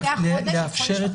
לפעמים לוקח חודש או חודש וחצי.